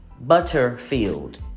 Butterfield